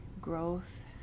growth